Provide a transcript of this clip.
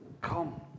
come